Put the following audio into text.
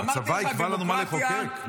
הצבא יקבע לנו מה לחוקק?